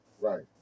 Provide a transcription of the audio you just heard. Right